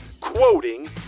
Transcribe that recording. quoting